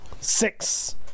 Six